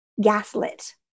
gaslit